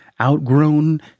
outgrown